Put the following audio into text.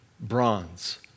bronze